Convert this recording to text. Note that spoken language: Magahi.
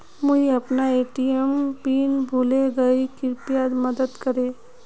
मुई अपना ए.टी.एम पिन भूले गही कृप्या मदद कर